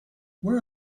where